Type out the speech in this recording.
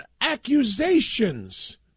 accusations